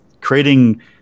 creating